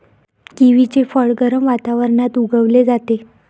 किवीचे फळ गरम वातावरणात उगवले जाते